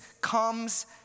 comes